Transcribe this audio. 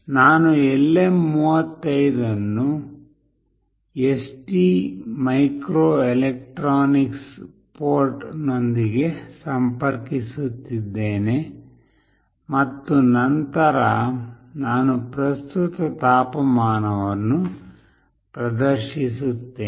ನಾನು LM35 ಅನ್ನು ST microelectronics port ನೊಂದಿಗೆ ಸಂಪರ್ಕಿಸುತ್ತಿದ್ದೇನೆ ಮತ್ತು ನಂತರ ನಾನು ಪ್ರಸ್ತುತ ತಾಪಮಾನವನ್ನು ಪ್ರದರ್ಶಿಸುತ್ತೇನೆ